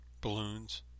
Balloons